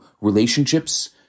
relationships